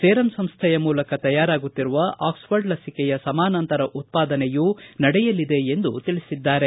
Serum ಸಂಸ್ಟೆಯ ಮೂಲಕ ತಯಾರಾಗುತ್ತಿರುವ ಆಕ್ಸ್ಫರ್ಡ್ ಲಸಿಕೆಯ ಸಮಾನಾಂತರ ಉತ್ಪಾದನೆಯೂ ನಡೆಯಲಿದೆ ಎಂದು ತಿಳಿಸಿದ್ದಾರೆ